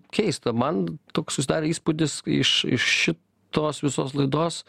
keista man toks susidarė įspūdis iš iš šitos visos laidos